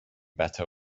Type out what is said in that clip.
better